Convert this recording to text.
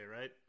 Right